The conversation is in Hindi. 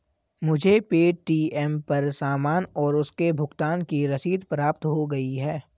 मुझे पे.टी.एम पर सामान और उसके भुगतान की रसीद प्राप्त हो गई है